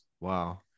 Wow